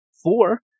Four